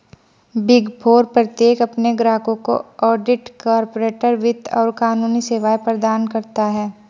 big four प्रत्येक अपने ग्राहकों को ऑडिट, कॉर्पोरेट वित्त और कानूनी सेवाएं प्रदान करता है